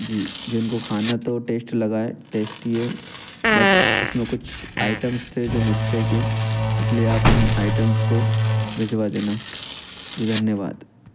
जी जी उनको खाना तो टेस्ट लगा है टेष्टि है बट्ट उसमें कुछ आइटम्स थे जो इसलिए आप उन आइटम्स भेजवा देना जी धन्यवाद